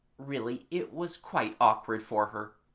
really it was quite awkward for her.